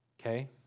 Okay